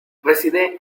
reside